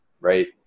right